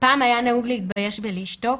פעם היה נהוג להתבייש ולשתוק.